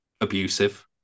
abusive